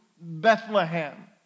Bethlehem